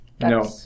No